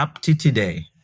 today